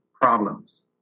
problems